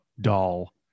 doll